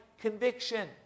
conviction